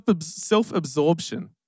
self-absorption